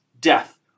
death